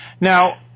now